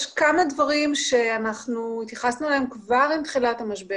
יש כמה דברים שהתייחסנו להם כבר בתחילת המשבר